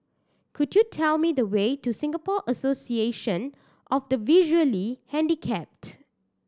could you tell me the way to Singapore Association of the Visually Handicapped